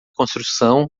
construção